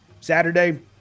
Saturday